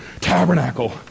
tabernacle